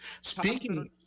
Speaking